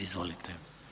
Izvolite.